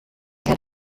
had